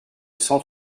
cent